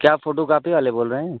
کیا آپ photocopy والے بول رہے ہیں